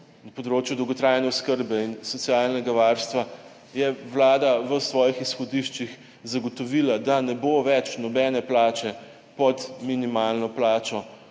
na področju dolgotrajne oskrbe in socialnega varstva, je vlada v svojih izhodiščih zagotovila, da ne bo več nobene plače pod minimalno plačo,